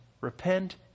repent